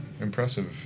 impressive